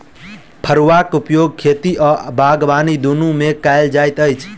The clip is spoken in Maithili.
फड़ुआक उपयोग खेती आ बागबानी दुनू मे कयल जाइत अछि